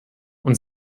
und